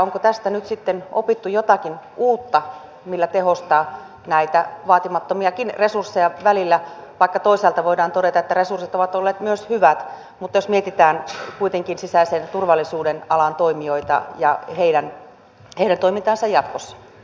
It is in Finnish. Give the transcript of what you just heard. onko tästä nyt opittu jotakin uutta millä tehostaa näitä välillä vaatimattomiakin resursseja vaikka toisaalta voidaan todeta että resurssit ovat olleet myös hyvät mutta jos mietitään kuitenkin sisäisen turvallisuuden alan toimijoita ja heidän toimintaansa jatkossa